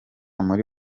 muri